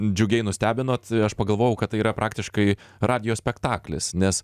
džiugiai nustebinot aš pagalvojau kad tai yra praktiškai radijo spektaklis nes